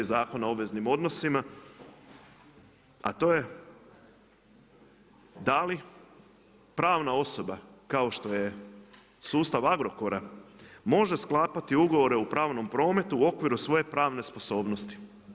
Zakona o obveznim odnosima, a to je da li pravna osoba kao što je sustav Agrokora može sklapati ugovore o pravnom prometu u okviru svoje pravne sposobnosti?